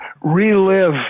relive